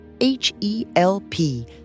H-E-L-P